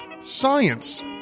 science